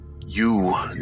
You